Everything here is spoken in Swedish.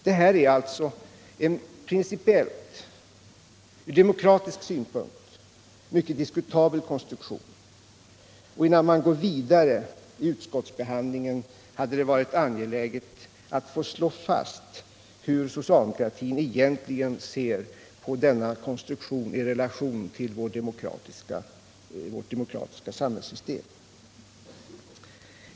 Det här är alltså en principiellt, ur demokratisk synpunkt mycket diskutabel konstruktion, och innan man går vidare i utskottsbehandlingen borde det var angeläget att få slå fast hur socialdemokratin egentligen ser på denna konstruktion i relation till vårt demokratiska samhällssystem.